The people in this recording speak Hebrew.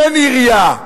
אין עירייה,